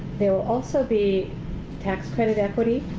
there will also be tax credit equity,